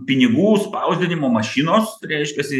pinigų spausdinimo mašinos reiškiasi